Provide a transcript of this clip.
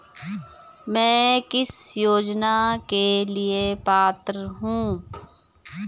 मैं किस योजना के लिए पात्र हूँ?